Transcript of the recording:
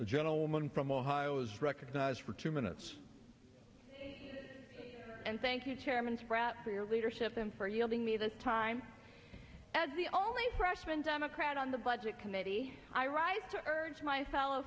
the gentleman from ohio is recognized for two minutes and thank you chairman sprout for your leadership and for yielding me this time as the only freshman democrat on the budget committee i rise to urge my fellow